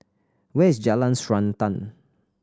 where is Jalan Srantan